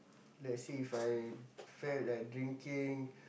lets say if I felt like drinking